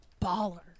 Baller